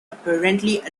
apparently